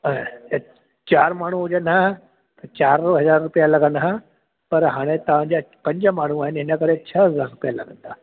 ऐं त चारि माण्हू हुजनि न त चारि हज़ार रुपया लॻंदा पर हाणे तव्हांजे पंज माण्हू आहिनि हिन करे छह हज़ार रुपया लॻंदा